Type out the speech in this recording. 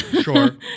sure